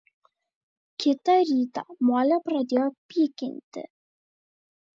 kitą rytą molę pradėjo pykinti